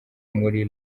muri